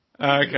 Okay